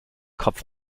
kopf